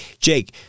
Jake